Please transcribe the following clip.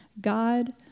God